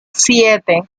siete